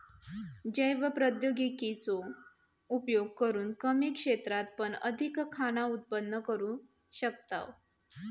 जैव प्रौद्योगिकी चो उपयोग करून कमी क्षेत्रात पण अधिक खाना उत्पन्न करू शकताव